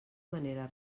manera